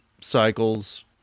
cycles